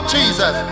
Jesus